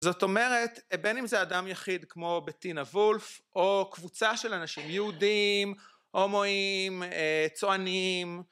זאת אומרת בין אם זה אדם יחיד כמו בטינה וולף או קבוצה של אנשים יהודים, הומואים, צוענים